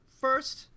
first